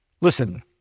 Listen